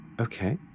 okay